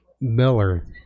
Miller